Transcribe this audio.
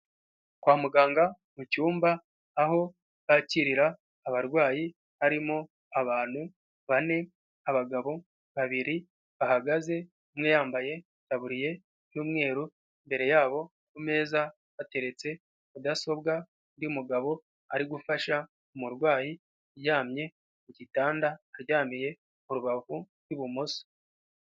Kwa muganga mu cyumba aho bakirira abarwayi harimo abantu bane, abagabo babiri bahagaze umwe yambaye itaburiye y'umweru, imbere yabo ku meza hateretse mudasobwa, undi mugabo ari gufasha umurwayi uryamye mu gitanda aryamiye urubavu rw'ibumoso.